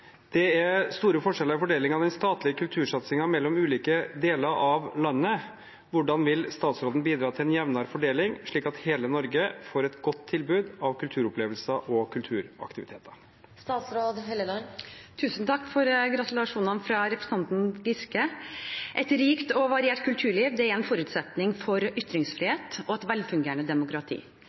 «Det er store forskjeller i fordelingen av den statlige kultursatsingen mellom ulike deler av landet. Hvordan vil statsråden bidra til en jevnere fordeling, slik at hele Norge får et godt tilbud av kulturopplevelser og kulturaktiviteter?» Tusen takk for gratulasjonen fra representanten Giske. Et rikt og variert kulturliv er en forutsetning for ytringsfrihet og et velfungerende demokrati.